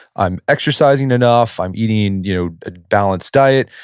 i'm exercising enough, i'm eating you know a balanced diet,